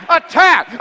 attack